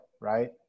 right